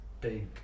big